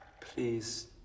Please